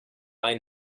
ein